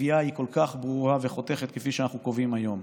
הקביעה היא כל כך ברורה וחותכת כפי שאנחנו קובעים היום.